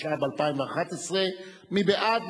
התשע"ב 2011. מי בעד?